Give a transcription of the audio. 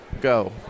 go